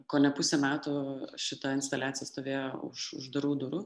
kone pusę metų šita instaliacija stovėjo už uždarų durų